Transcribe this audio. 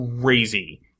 crazy